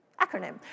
acronym